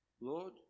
Lord